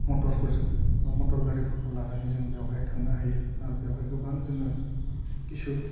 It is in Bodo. मटरफोरजों बा मटर गारिफोरखौ लानानै जों बेवहाय थांनो हायो आरो बेवहाय गोबां जोङो खिसु